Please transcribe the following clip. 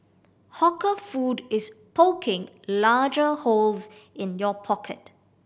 hawker food is poking larger holes in your pocket